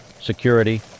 security